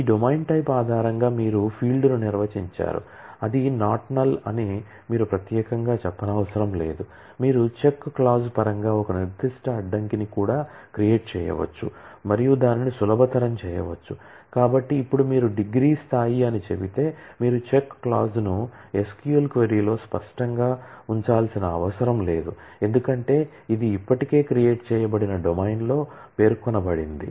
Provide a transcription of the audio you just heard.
ఈ domain type ఆధారంగా మీరు ఫీల్డ్ను నిర్వచించారు అది నాట్ నల్ ను SQL క్వరీ లో స్పష్టంగా ఉంచాల్సిన అవసరం లేదు ఎందుకంటే ఇది ఇప్పటికే క్రియేట్ చేయబడిన డొమైన్లో పేర్కొనబడింది